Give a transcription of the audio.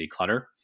declutter